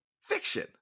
Fiction